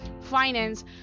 finance